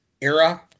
era